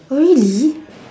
really